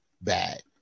bad